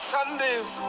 Sunday's